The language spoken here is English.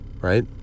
right